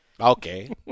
Okay